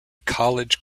college